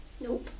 Nope